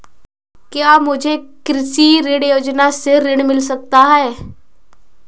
क्या मुझे कृषि ऋण योजना से ऋण मिल सकता है?